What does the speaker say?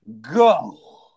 go